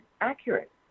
accurate